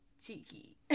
cheeky